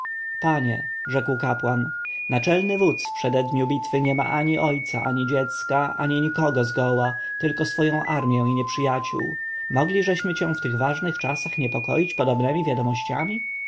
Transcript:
panie rzekł kapłan naczelny wódz w przededniu bitwy nie ma ani ojca ani dziecka ani nikogo zgoła tylko swoją armję i nieprzyjaciół mogliżeśmy cię w tych ważnych czasach niepokoić podobnemi wiadomościami